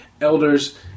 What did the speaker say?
elders